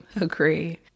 Agree